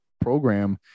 program